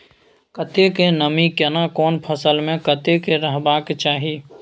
कतेक नमी केना कोन फसल मे कतेक रहबाक चाही?